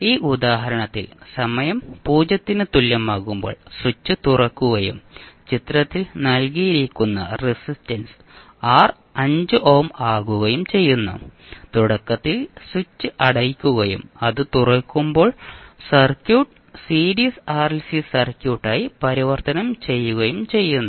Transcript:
ഈ ഉദാഹരണത്തിൽ സമയം 0 ന് തുല്യമാകുമ്പോൾ സ്വിച്ച് തുറക്കുകയും ചിത്രത്തിൽ നൽകിയിരിക്കുന്ന റെസിസ്റ്റൻസ് R 5 ഓം ആകുകയും ചെയ്യുന്നു തുടക്കത്തിൽ സ്വിച്ച് അടയ്ക്കുകയും അത് തുറക്കുമ്പോൾ സർക്യൂട്ട് സീരീസ് ആർഎൽസി സർക്യൂട്ടായി പരിവർത്തനം ചെയ്യുകയും ചെയ്യുന്നു